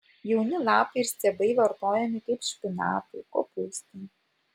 jauni lapai ir stiebai vartojami kaip špinatai kopūstai